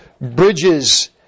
Bridges